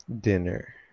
dinner